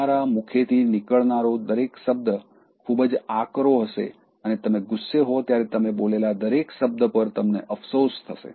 તમારા મુખેથી નીકળનારો દરેક શબ્દ ખૂબ જ આકરો હશે અને તમે ગુસ્સે હો ત્યારે તમે બોલેલા દરેક શબ્દો પર તમને અફસોસ થશે